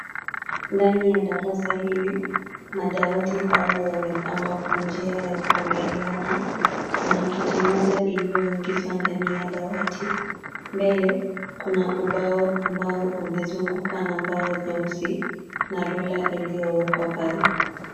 Ndani ya darasa hili, madawati haya yamepangwa kwa njia ya kuangaliana. Kuna kiti moja iliyoingizwa ndani ya dawati. Mbele, kuna ubao ambao umezungukwa na mbao nyeusi na rula iliyowekwa pale.